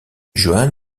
juan